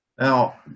Now